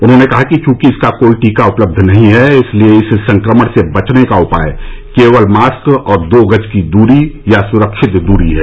उन्होंने कहा कि चूंकि इसका कोई टीका उपलब्ध नहीं है इसलिए इस संक्रमण से बचने का उपाय केवल मास्क और दो गज की दूरी या सुरक्षित दूरी है